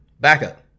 backup